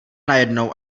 najednou